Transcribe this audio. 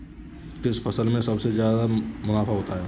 किस फसल में सबसे जादा मुनाफा होता है?